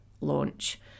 launch